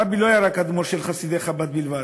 הרבי לא היה אדמו"ר של חסידי חב"ד בלבד,